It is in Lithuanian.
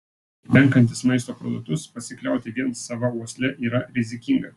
renkantis maisto produktus pasikliauti vien sava uosle yra rizikinga